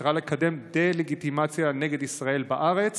במטרה לקדם דה-לגיטימציה של ישראל בארץ